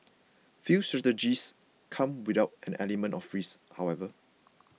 few strategies come without an element of risk however